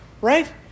right